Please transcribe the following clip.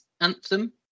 anthem